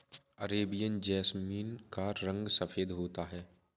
Arabian jasmine का रंग सफेद होता है